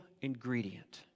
ingredient